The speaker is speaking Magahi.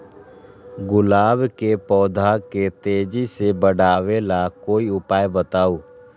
गुलाब के पौधा के तेजी से बढ़ावे ला कोई उपाये बताउ?